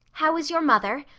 how is your mother?